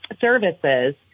services